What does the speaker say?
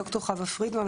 ד"ר חווה פרידמן,